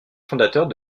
fondateurs